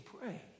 pray